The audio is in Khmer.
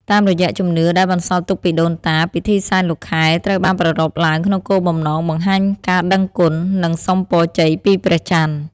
តាមរយៈជំនឿដែលបន្សល់ទុកពីដូនតា ពិធីសែនលោកខែត្រូវបានប្រារព្ធឡើងក្នុងគោលបំណងបង្ហាញការដឹងគុណ និងសុំពរជ័យពីព្រះច័ន្ទ។